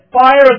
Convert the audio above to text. fire